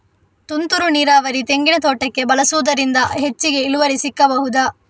ತುಂತುರು ನೀರಾವರಿ ತೆಂಗಿನ ತೋಟಕ್ಕೆ ಬಳಸುವುದರಿಂದ ಹೆಚ್ಚಿಗೆ ಇಳುವರಿ ಸಿಕ್ಕಬಹುದ?